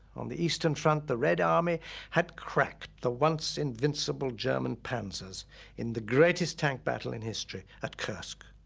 on the eastern front, the red army had cracked the once-invincible german panzers in the greatest tank battle in history at kursk.